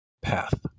path